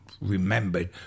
remembered